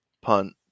punt